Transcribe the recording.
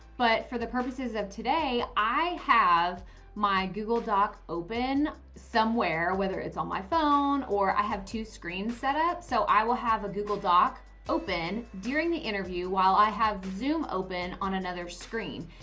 but for the purposes of today, i have my google doc open somewhere whether it's on my phone, or i have two screens setup. so i will have a google doc open during the interview while i have zoom open on another screen.